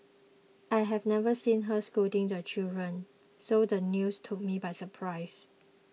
I have never seen her scolding the children so the news took me by surprise